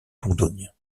londoniens